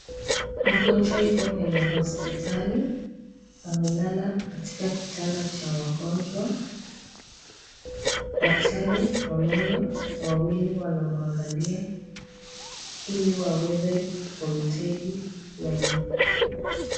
Mgonjwa yuko kwenye hospitali, amelala katika kitanda cha wagonjwa. Daktari wa meno wawili wanamwangalia ili waweze kumtibu meno.